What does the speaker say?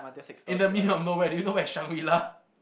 in the middle of nowhere do you know where is Shangri-La